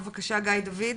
בבקשה גיא דוד,